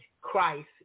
Christ